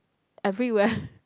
everywhere